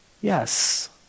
Yes